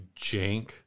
jank